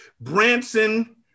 Branson